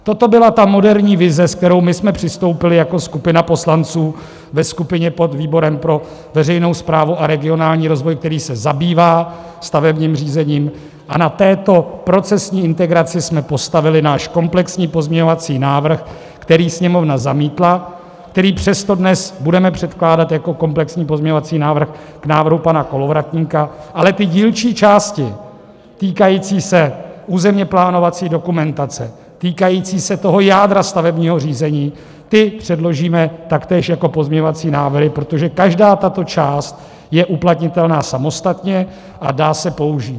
Toto byla ta moderní vize, se kterou my jsme přistoupili jako skupina poslanců ve skupině pod výborem pro veřejnou správu a regionální rozvoje, který se zabývá stavebním řízením, a na této procesní integraci jsme postavili náš komplexní pozměňovací návrh, který Sněmovna zamítla, který přesto dnes budeme předkládat jako komplexní pozměňovací návrh k návrhu pana Kolovratníka, ale dílčí části týkající se územněplánovací dokumentace, týkající se jádra stavebního řízení, ty předložíme taktéž jako pozměňovací návrhy, protože každá tato část je uplatnitelná samostatně a dá se použít.